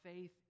faith